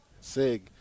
sig